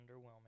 underwhelming